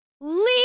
leave